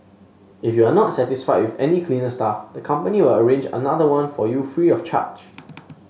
if you are not satisfied with any cleaner staff the company will arrange another one for you free of charge